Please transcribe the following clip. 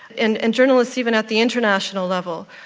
and and journalists even at the international level.